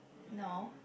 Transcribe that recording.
no